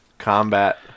Combat